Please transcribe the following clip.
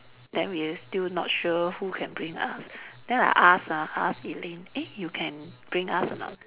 then we still not sure who can bring us then I ask ah I ask Elaine eh you can bring us or not